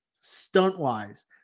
stunt-wise